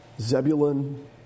Zebulun